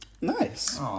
Nice